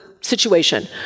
situation